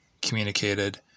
communicated